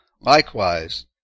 likewise